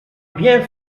bien